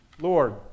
Lord